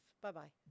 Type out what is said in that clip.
Bye-bye